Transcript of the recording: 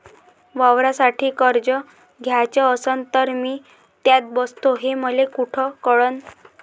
वावरासाठी कर्ज घ्याचं असन तर मी त्यात बसतो हे मले कुठ कळन?